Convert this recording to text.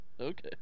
Okay